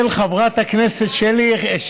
של, אדוני השר, באמת.